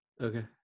okay